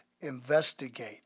investigate